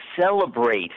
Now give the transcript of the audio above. celebrate